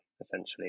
essentially